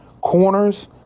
corners